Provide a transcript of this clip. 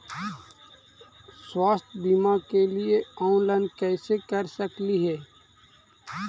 स्वास्थ्य बीमा के लिए ऑनलाइन कैसे कर सकली ही?